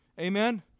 Amen